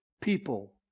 people